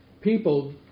people